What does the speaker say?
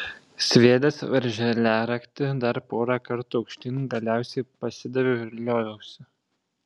sviedęs veržliaraktį dar pora kartų aukštyn galiausiai pasidaviau ir lioviausi